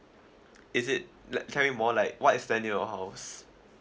is it like tell me more like what is there near your house